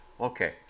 okay